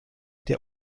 der